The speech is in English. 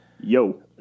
Yo